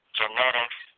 genetics